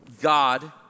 God